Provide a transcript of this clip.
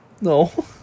No